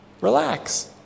Relax